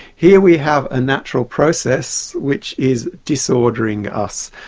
here we have a natural process which is disordering us,